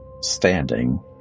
standing